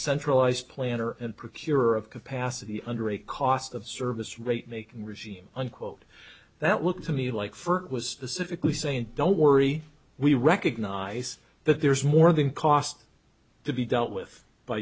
centralized planner and procurer of capacity under a cost of service rate making regime unquote that look to me like first was pacifically saying don't worry we recognise that there's more than cost to be dealt with by